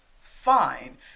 fine